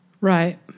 Right